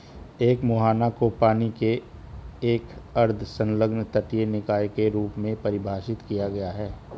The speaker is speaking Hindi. एक मुहाना को पानी के एक अर्ध संलग्न तटीय निकाय के रूप में परिभाषित किया गया है